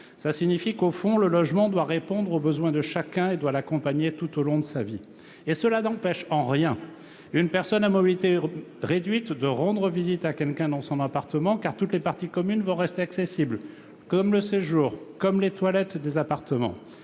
se réaliser. Au fond, le logement doit répondre aux besoins de chacun et l'accompagner tout au long de sa vie. Cela n'empêchera nullement une personne à mobilité réduite de rendre visite à quelqu'un dans son appartement, car toutes les parties communes vont rester accessibles, de même que le séjour et les toilettes des logements.